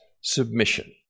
submission